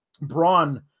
Braun